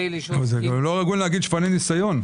גם לא הגון להגיד שפני ניסיון.